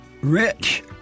rich